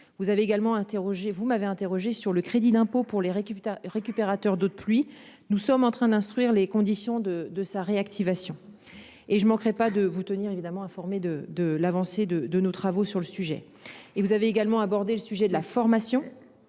vous m'avez interrogé sur le crédit d'impôt pour les récupère récupérateur d'eau de pluie. Nous sommes en train d'instruire les conditions de de sa réactivation. Et je ne manquerai pas de vous tenir évidemment informé de de l'avancée de de nos travaux sur le sujet et vous avez également abordé le sujet de la formation.